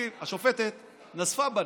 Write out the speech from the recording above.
השופטת נזפה בנו,